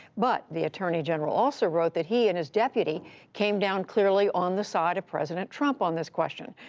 but the attorney general also wrote that he and his deputy came down clearly on the side of president trump on this question,